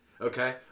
Okay